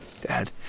Dad